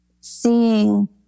seeing